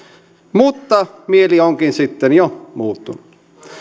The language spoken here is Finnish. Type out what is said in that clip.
mutta mieli onkin sitten jo muuttunut